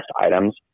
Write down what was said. items